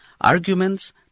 arguments